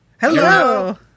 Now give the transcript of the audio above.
hello